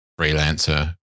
freelancer